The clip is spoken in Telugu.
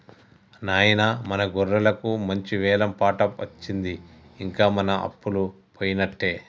నాయిన మన గొర్రెలకు మంచి వెలం పాట అచ్చింది ఇంక మన అప్పలు పోయినట్టే